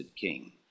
king